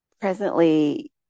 presently